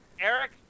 Eric